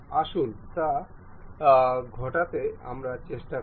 আসুন তা ঘটাতে আমরা চেষ্টা করি